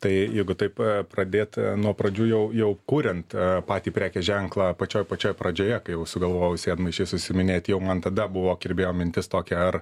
tai jeigu taip pradėt nuo pradžių jau jau kuriant patį prekės ženklą pačioj pačioj pradžioje kai jau sugalvojau sėdmaišiais užsiiminėti jau man tada buvo kirbėjo mintis tokia ar